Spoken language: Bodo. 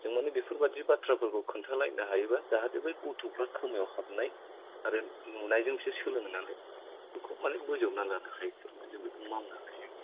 जों मानि बेफोरबायदि बाथ्राफोरखौ खोन्थालायनो हायोबा जाहाथे बै गथ'फ्रा खोमायाव हाबनाय आरो नुनायजोंसो सोलोङो नालाय बिखौ मानि बोजबनानै लानो हायो जों बेखौ मावनो हायो